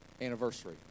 anniversary